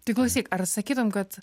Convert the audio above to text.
tai klausyk ar sakytum kad